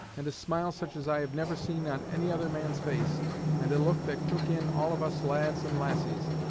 and a smile such as i have never seen on any other man's face and a look that took in all of us lads and lassies,